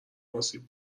آسیب